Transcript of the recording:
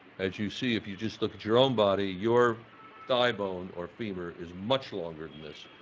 as you see if you just look at your own body, your thigh bone or femur is much longer than this,